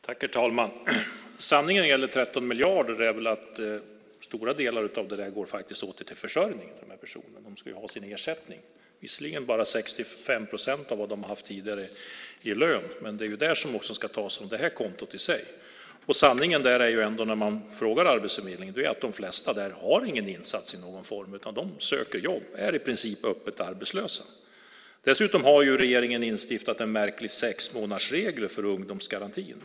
Herr talman! Sanningen när det gäller 13 miljarder är väl att stora delar av det går åt till försörjning för de här personerna. De ska ha sin ersättning. Det är visserligen bara 65 procent av vad de har haft tidigare i lön, men det är ju det som också ska tas från det här kontot. Sanningen är ändå, när man frågar Arbetsförmedlingen, att de flesta inte har någon insats i någon form, utan de söker jobb. De är i princip öppet arbetslösa. Dessutom har regeringen instiftat en märklig sexmånadersregel för ungdomsgarantin.